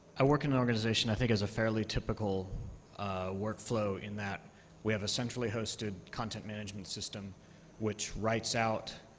i work in organization i think that has a fairly typical workflow, in that we have a centrally hosted content management system which writes out